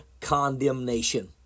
condemnation